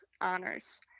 honors